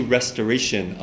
restoration